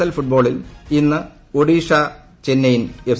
L ഫുട്ബോളിൽ ഇന്ന് Odisha Chennaiyin F